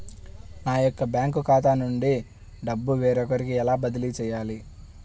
నా యొక్క బ్యాంకు ఖాతా నుండి డబ్బు వేరొకరికి ఎలా బదిలీ చేయాలి?